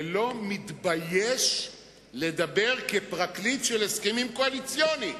ולא מתבייש לדבר כפרקליט של הסכמים קואליציוניים.